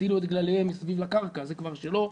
הטילו את גלליהם מסביב לקרקע והיא כבר שלו.